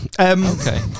Okay